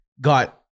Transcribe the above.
got